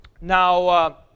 Now